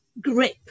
grip